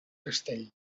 castell